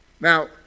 Now